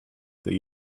that